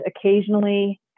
occasionally